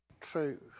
true